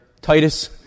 Titus